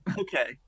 Okay